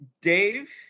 Dave